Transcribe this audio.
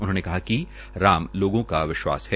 उन्होंने कहा कि राम लोगों का विश्वास है